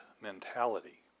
mentality